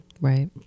Right